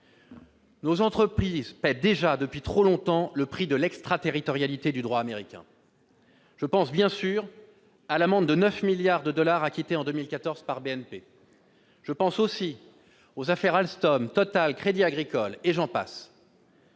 Nos entreprises payent déjà depuis trop longtemps le prix de l'extraterritorialité du droit américain. Je pense bien sûr à l'amende de 9 milliards de dollars acquittée en 2014 par la BNP, ainsi qu'aux affaires Alstom, Total, Crédit Agricole, et j'en passe